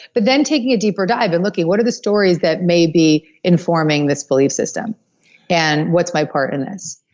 but then taking a deeper dive and looking, what are the stories that may be informing this belief system and what's my part in this?